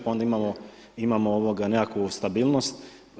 Pa onda imamo nekakvu stabilnost.